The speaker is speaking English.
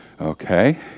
Okay